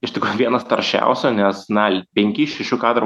iš tikro vienas taršiausių nes na penki iš šešių kadrų